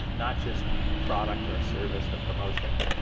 not just a product or a service or promotion,